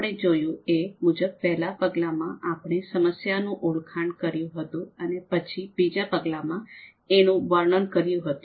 આપણે જોયું એ મુજબ પેહલા પગલા માં આપણે સમસ્યાનું ઓળખાણ કર્યું હતું અને પછી બીજા પગલા માં એનું વર્ણન કર્યું હતું